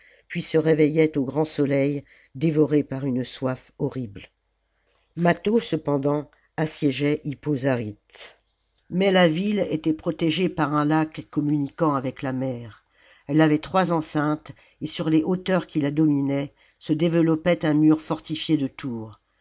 puis se réveillait au grand soleil dévoré par une soif horrible mâtho cependant assiégeait hippo zaryte mais la ville était protégée par un lac communiquant avec la mer elle avait trois enceintes et sur les hauteurs qui la dominaient se développait un mur fortifié de tours